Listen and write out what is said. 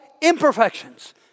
imperfections